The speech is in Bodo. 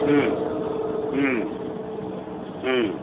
ओम ओम ओम